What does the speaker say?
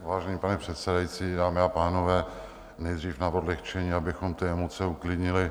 Vážený pane předsedající, dámy a pánové, nejdřív na odlehčení, abychom ty emoce uklidnili.